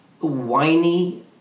whiny